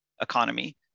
economy